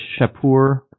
Shapur